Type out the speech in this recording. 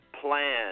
plan